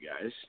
guys